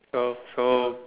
so so